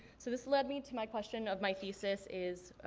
so this led me to my question of my thesis is,